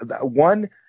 One